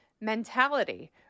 mentality